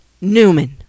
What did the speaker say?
Newman